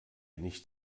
nicht